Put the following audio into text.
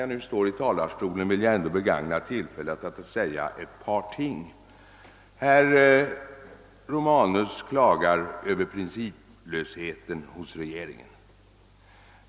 Jag vill emellertid begagna tillfället att säga ett par ord. Herr Romanus klagar över principlösheten hos regeringen.